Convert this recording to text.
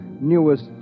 newest